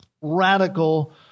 Radical